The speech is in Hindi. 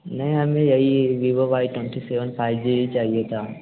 नहीं हमें यही Vivo Y twenty seven five G ही चाहिए था